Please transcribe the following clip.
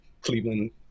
Cleveland